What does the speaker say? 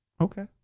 Okay